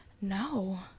No